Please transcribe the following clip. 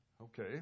Okay